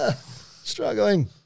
Struggling